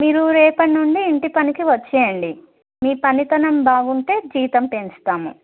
మీరు రేపటి నుండి ఇంటి పనికి వచ్చేయండి మీ పనితనం బాగుంటే జీతం పెంచుతాము